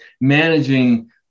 managing